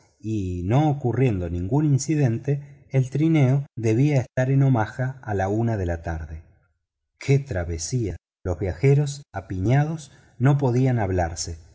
y no ocurriendo ningún incidente el trineo debía estar en omaha a la una de la tarde qué travesía los viajeros apiñados no podían hablarse